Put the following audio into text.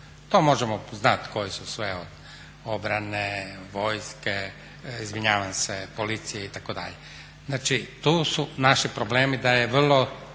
To možemo znat koje su sve obrane, vojske, izvinjavam se, policije itd. Znači tu su naši problemi da je vrlo